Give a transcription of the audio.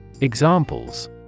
examples